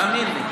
תאמין לי.